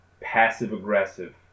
passive-aggressive